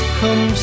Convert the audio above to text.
come